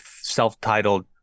self-titled